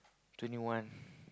twenty one